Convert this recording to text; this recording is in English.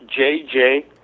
JJ